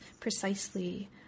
precisely